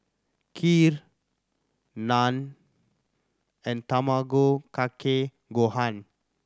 Kheer Naan and Tamago Kake Gohan